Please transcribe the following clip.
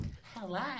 Hello